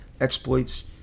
exploits